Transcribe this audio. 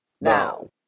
now